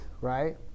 right